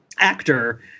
actor